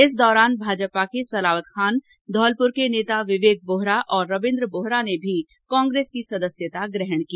इस दौरान भाजपा के सलावत खान और धौलपुर के नेता विवेक बोहरा और रविन्द्र बोहरा ने भी कांग्रेस की सदस्यता ग्रहण की